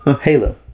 Halo